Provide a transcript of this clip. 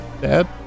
Dad